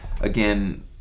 again